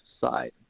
side